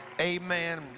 amen